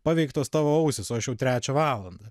paveiktos tavo ausys o aš jau trečią valandą